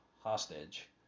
hostage